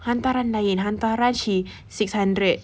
hantaran lain hantaran she six hundred